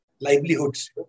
livelihoods